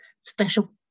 special